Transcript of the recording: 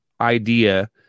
idea